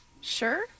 Sure